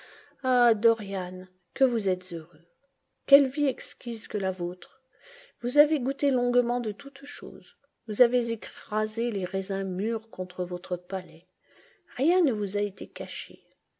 dorian que vous êtes heureux quelle vie exquise que la vôtre vous avez goûté longuement de toutes choses vous avez écrasé les raisins mûrs contre votre palais rien ne vous a été caché